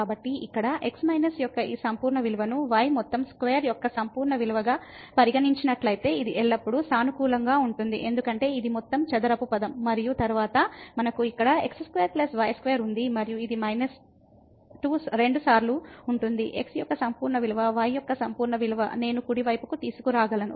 కాబట్టి ఇక్కడ x minus యొక్క ఈ సంపూర్ణ విలువను y మొత్తం స్క్వేర్ యొక్క సంపూర్ణ విలువగా పరిగణించినట్లయితే ఇది ఎల్లప్పుడూ సానుకూలంగా ఉంటుంది ఎందుకంటే ఇది మొత్తం చదరపు పదం మరియు తరువాత మనకు ఇక్కడ x square plus y square ఉంది మరియు ఇది మైనస్ 2 సార్లు ఉంటుంది x యొక్క సంపూర్ణ విలువ y యొక్క సంపూర్ణ విలువ నేను కుడి వైపుకు తీసుకురాగలను